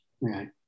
right